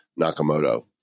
Nakamoto